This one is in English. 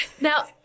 now